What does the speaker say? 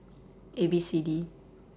A B C D